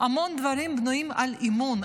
המון דברים בנויים על אמון,